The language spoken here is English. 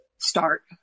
start